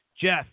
Jeff